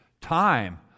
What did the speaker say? time